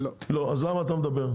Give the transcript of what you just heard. לא, אז למה אתה מדבר?